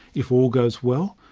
if all goes well,